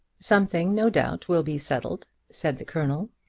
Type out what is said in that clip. something, no doubt, will be settled, said the colonel.